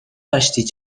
داشتی